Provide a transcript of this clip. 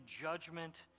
judgment